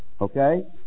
okay